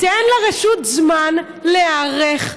תן לרשות זמן להיערך,